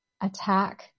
attack